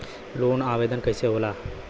Loan आवेदन कैसे होला?